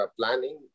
planning